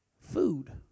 food